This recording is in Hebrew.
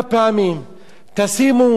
תשימו רק שילוט נוסף,